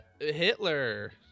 Hitler